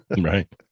Right